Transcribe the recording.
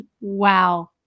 Wow